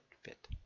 fit